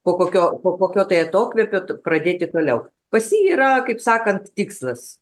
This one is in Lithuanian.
po kokio po kokio tai atokvėpio t pradėti toliau pas jį yra kaip sakant tikslas